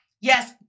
Yes